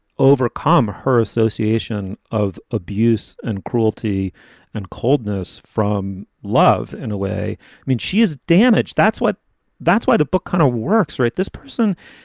overcome her association of abuse and cruelty and coldness from love in a way means she is damaged. that's what that's why the book kind of works, right? this person,